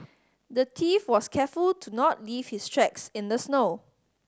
the thief was careful to not leave his tracks in the snow